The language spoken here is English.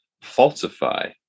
falsify